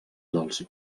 dels